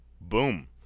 Boom